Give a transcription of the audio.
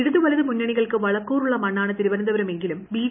ഇടതുവലത് മുന്നണികൾക്ക് വളക്കൂറുള്ളമണ്ണാണ് തിരുവനന്തപുരം എങ്കിലും ബി